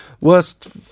worst